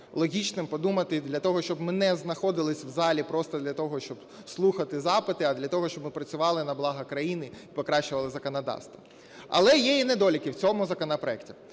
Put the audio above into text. логічним подумати для того, щоб ми не знаходилися в залі просто для того, щоб слухати запити, а для того, щоби працювали на благо країни, покращували законодавство. Але є і недоліки в цьому законопроекті.